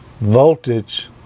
voltage